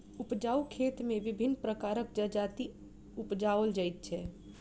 उपजाउ खेत मे विभिन्न प्रकारक जजाति उपजाओल जाइत छै